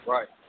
Right